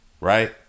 right